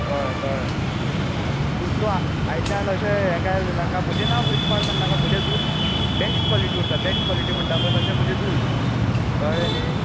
कळ्ळें कळ्ळें तूं तूं आयच्यान अशें यें कांय उलयनाका म्हुजें नांव खंयच पाड घालनाका म्हुजें दूद बेश्ट काॅलिटी उरता बेश्ट काॅलिटी म्हणटा पय तशें म्हुजें दूद कळलें न्ही